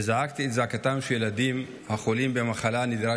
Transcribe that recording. וזעקתי את זעקתם של ילדים החולים במחלה הנדירה